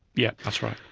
yes, that's right.